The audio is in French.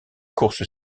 course